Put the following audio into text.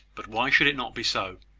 but why should it not be so?